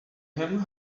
him